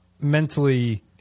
Mentally